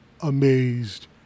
amazed